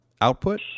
output